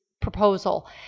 proposal